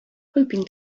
hoping